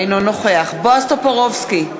אינו נוכח בועז טופורובסקי,